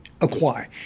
acquire